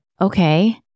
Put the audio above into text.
okay